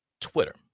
Twitter